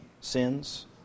sins